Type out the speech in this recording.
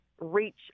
reach